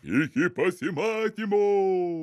iki pasimatymo